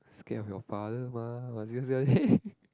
scared of your father mah